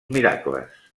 miracles